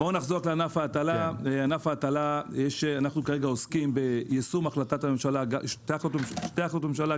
בענף ההטלה אנחנו עוסקים ביישום שתי החלטות ממשלה,